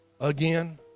again